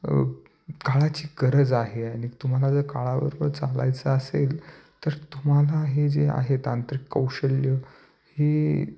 काळाची गरज आहे आणि तुम्हाला जर काळाबरोबर चालायचं असेल तर तुम्हाला हे जे आहे तांत्रिक कौशल्य हे